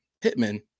Pittman